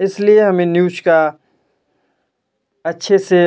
इसलिए हमें न्यूज का अच्छे से